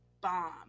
bomb